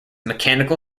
mechanical